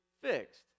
fixed